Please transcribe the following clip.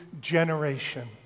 generation